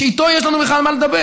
שאיתו יש לנו בכלל על מה לדבר.